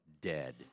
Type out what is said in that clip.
dead